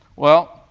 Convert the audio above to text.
well,